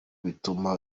bituma